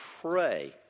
pray